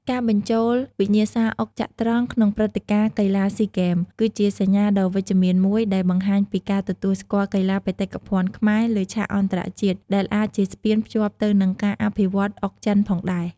ការបញ្ចូលវិញ្ញាសាអុកចត្រង្គក្នុងព្រឹត្តិការណ៍កីឡាស៊ីហ្គេម គឺជាសញ្ញាដ៏វិជ្ជមានមួយដែលបង្ហាញពីការទទួលស្គាល់កីឡាបេតិកភណ្ឌខ្មែរលើឆាកអន្តរជាតិ ដែលអាចជាស្ពានភ្ជាប់ទៅនឹងការអភិវឌ្ឍន៍អុកចិនផងដែរ។